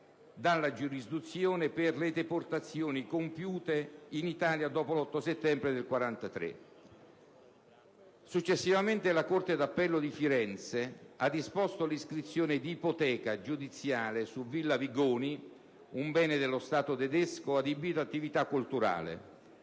dalla giurisdizione per le deportazioni compiute in Italia dopo l'8 settembre del 1943. Successivamente, la Corte d'appello di Firenze ha disposto l'iscrizione di ipoteca giudiziale su Villa Vigoni, un bene dello Stato tedesco adibito ad attività culturale.